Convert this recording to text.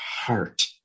heart